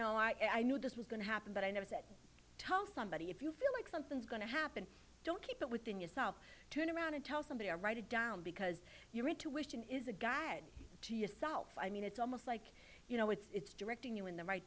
know i knew this was going to happen but i never said tell somebody if you feel like something's going to happen don't keep it within yourself turn around and tell somebody to write it down because your intuition is a guide to yourself i mean it's almost like you know it's directing you in the right